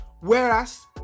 Whereas